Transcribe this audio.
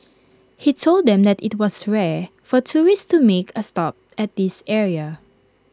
he told them that IT was rare for tourists to make A stop at this area